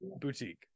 boutique